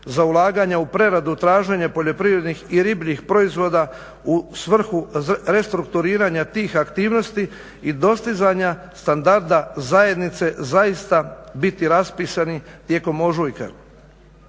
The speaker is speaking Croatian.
za ulaganja u preradu traženja poljoprivrednih i ribljih proizvoda u svrhu restrukturiranja tih aktivnosti i dostizanja standarda zajednice zaista biti raspisani tijekom ožujka.